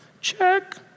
Check